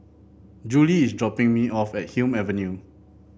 Juli is dropping me off at Hume Avenue